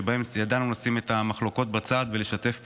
שבהם ידענו לשים את המחלוקות בצד ולשתף פעולה,